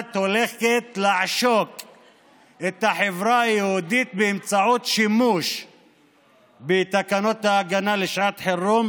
הולכת לעשוק את החברה היהודית באמצעות שימוש בתקנות ההגנה לשעת חירום,